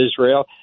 Israel